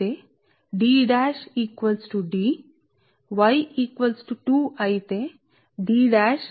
y 1 అయితే D D కి సమానం y 2 అయితే అప్పుడు D' 3D మరియు అందువలన ఉంటుంది